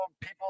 People